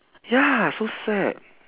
ya so sad